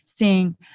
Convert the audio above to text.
seeing